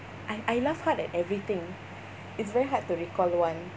I I laugh hard at everything it's very hard to recall one